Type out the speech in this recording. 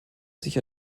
sich